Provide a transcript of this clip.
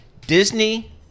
disney